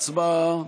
הצבעה.